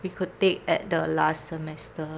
we could take at the last semester